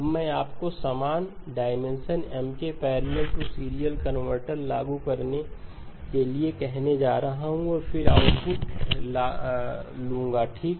अब मैं आपको समान डायमेंशन M के पैरेलल टू सीरियल कनवर्टर लागू करने के लिए कहने जा रहा हूं और फिर आउटपुट लूंगा ठीक